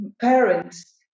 parents